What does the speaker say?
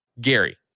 Gary